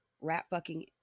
rat-fucking